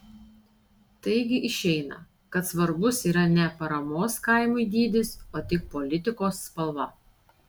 taigi išeina kad svarbus yra ne paramos kaimui dydis o tik politikos spalva